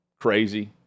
crazy